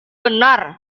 benar